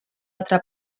altra